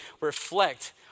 reflect